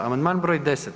Amandman broj 10.